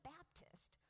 Baptist